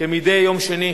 כמדי יום שני,